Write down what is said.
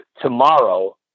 tomorrow